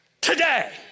today